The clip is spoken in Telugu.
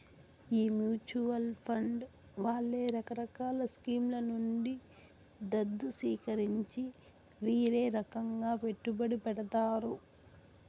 ఈ మూచువాల్ ఫండ్ వాళ్లే రకరకాల స్కీంల నుండి దుద్దు సీకరించి వీరే రకంగా పెట్టుబడి పెడతారు